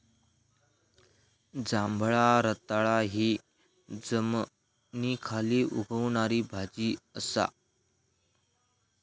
जांभळा रताळा हि जमनीखाली उगवणारी भाजी असा